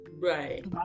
right